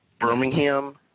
Birmingham